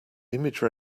image